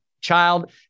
child